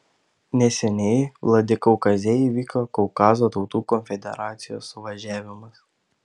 neseniai vladikaukaze įvyko kaukazo tautų konfederacijos suvažiavimas